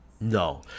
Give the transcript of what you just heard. No